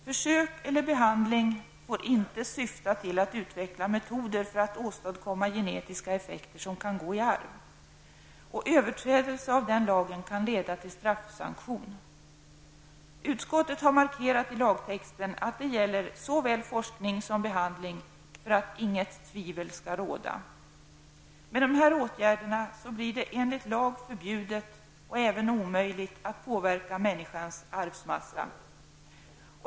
Försök eller behandling får inte syfta till att utveckla metoder för att åstadkomma genetiska effekter som kan gå i arv. Överträdelse av den lagen kan leda till straffsanktion. För att inget tvivel skall råda har utskottet i lagtexten markerat att detta gäller såväl forskning som behandling. Med dessa åtgärder blir det enligt lag förbjudet och även omöjligt att påverka människans arvsmassa.